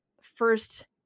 first